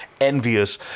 envious